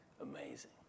amazing